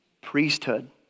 priesthood